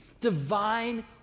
Divine